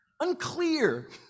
unclear